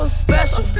special